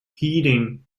heating